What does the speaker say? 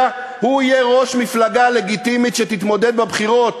הוא יהיה ראש מפלגה לגיטימית שתתמודד בבחירות,